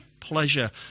pleasure